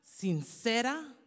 sincera